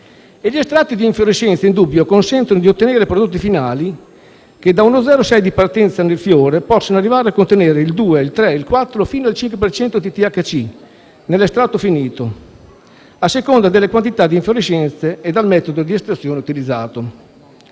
E gli estratti da infiorescenza, è indubbio, consentono di ottenere prodotti finali che, da uno 0,6 per cento di partenza nel fiore, possono arrivare a contenere il 2, il 3, il 4 e fino al 5 per cento di THC nell'estratto finito, a seconda della quantità di infiorescenza e del metodo di estrazione utilizzato.